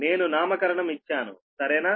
నేను నామకరణం ఇచ్చాను సరేనా